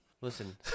Listen